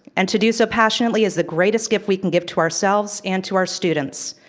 and to do so passionately is the greatest gift we can give to ourselves and to our students.